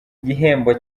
igihembo